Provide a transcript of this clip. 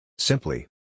Simply